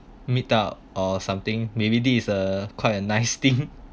meet up or something maybe this is a quite a nice thing